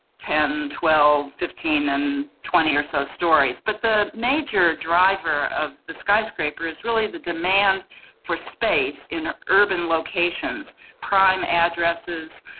ten, twelve, fifteen and twenty or so storeys. but the major driver of the skyscraper is really the demand for space in urban locations prime addresses,